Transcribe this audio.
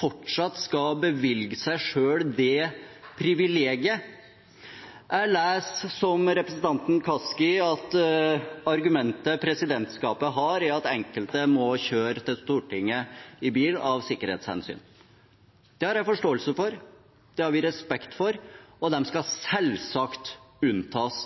fortsatt skal bevilge seg selv det privilegiet? Jeg leser, som representanten Kaski, at argumentet presidentskapet har, er at enkelte må kjøre til Stortinget i bil av sikkerhetshensyn. Det har jeg forståelse for, det har vi respekt for, og de skal selvsagt unntas